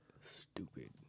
Stupid